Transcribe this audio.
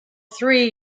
three